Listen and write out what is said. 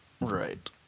Right